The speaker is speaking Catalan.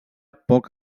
poc